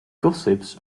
gossips